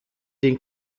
den